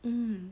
mm